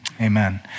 amen